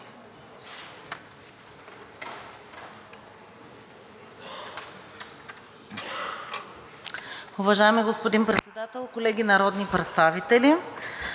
Уважаеми господин Председател, колеги народни представители!